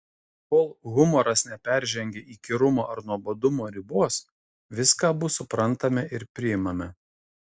kol humoras neperžengia įkyrumo ar nuobodumo ribos viską abu suprantame ir priimame